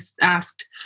asked